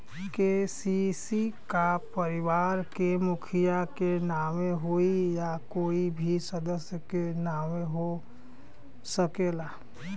KCC का परिवार के मुखिया के नावे होई या कोई भी सदस्य के नाव से हो सकेला?